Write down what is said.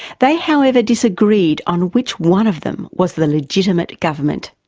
they however disagreed on which one of them was the legitimate government.